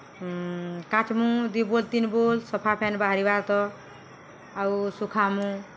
କାଚ୍ମୁ ଦି ବୋଲ ତିନ୍ ବୋଲ ସଫା ପେନ୍ ବାହାରିବା ତକ୍ ଆଉ ଶୁଖାମୁ